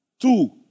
Two